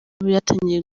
byatangiye